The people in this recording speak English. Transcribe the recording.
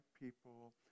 people